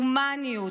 הומניות,